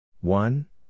One